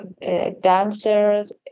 dancers